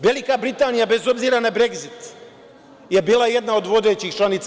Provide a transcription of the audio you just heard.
Velika Britanija bez obzira na Bregzit je bila jedna od vodećih članica